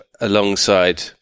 alongside